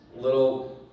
little